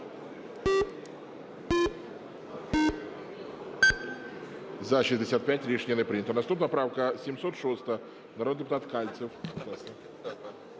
За-70 Рішення не прийнято. Наступна правка 709, народний депутат Кальцев,